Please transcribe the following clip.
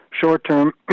short-term